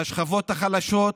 לשכבות החלשות,